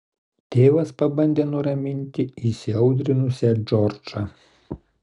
tėvas pabandė nuraminti įsiaudrinusią džordžą